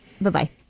Bye-bye